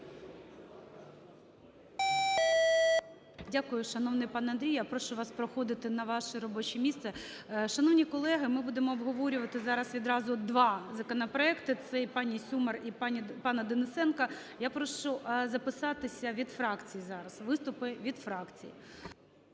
Дякую, шановний пане Андрію. Я прошу вас проходити на ваше робоче місце. Шановні колеги, ми будемо обговорювати зараз відразу два законопроекти - це й пані Сюмар, і пана Денисенка. Я прошу записатися від фракцій зараз. Виступи від фракцій.